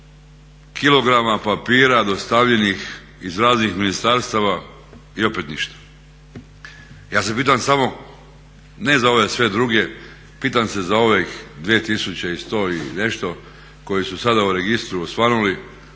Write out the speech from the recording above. kilograma papira dostavljenih iz raznih ministarstava i opet ništa. Ja se pitam samo ne za ove sve druge, pitam se za ovih 2000 sto i nešto koji su sada u registru osvanuli